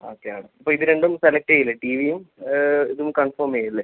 okay madam അപ്പം ഇത് രണ്ടും സെലക്ട് ചെയ്യുകയല്ലേ ടി വിയും ഇതും കൺഫോം ചെയ്യുകയല്ലേ